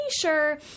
sure